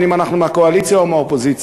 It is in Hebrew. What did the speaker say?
בין אם אנחנו מהקואליציה או מהאופוזיציה,